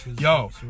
yo